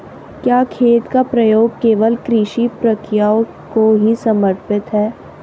क्या खेत का प्रयोग केवल कृषि प्रक्रियाओं को ही समर्पित है?